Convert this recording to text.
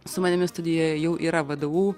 su manimi studijoje jau yra vdu